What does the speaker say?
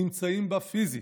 נמצאים בה פיזית,